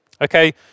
Okay